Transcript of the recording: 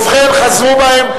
ובכן, חזרו בהם.